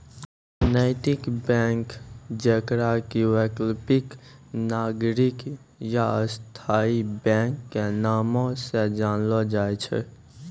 नैतिक बैंक जेकरा कि वैकल्पिक, नागरिक या स्थायी बैंको के नामो से जानलो जाय छै